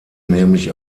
nämlich